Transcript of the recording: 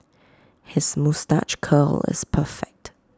his moustache curl was perfect